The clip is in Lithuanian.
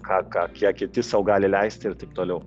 ką ką kiek kiti sau gali leisti ir taip toliau